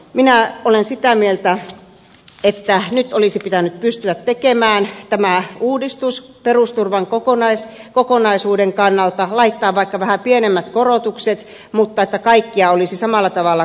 minä olen sitä mieltä että nyt olisi pitänyt pystyä tekemään tämä uudistus perusturvan kokonaisuuden kannalta laittaa vaikka vähän pienemmät korotukset mutta se olisi koskenut kaikkia samalla tavalla